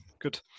Good